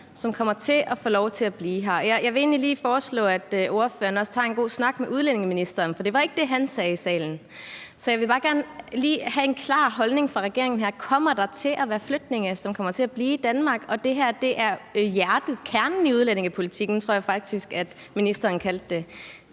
som kommer til at få lov til at blive her. Jeg vil egentlig lige foreslå, at ordføreren tager en god snak med udlændingeministeren, for det var ikke det, han sagde i salen. Så jeg vil bare lige have en klar holdning fra regeringen her: Kommer der til at være flygtninge, som kommer til at blive i Danmark? Det her er kernen i udlændingepolitikken, tror jeg faktisk ministeren kaldte det.